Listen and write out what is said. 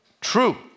True